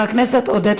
מס' 7986 ו-7993.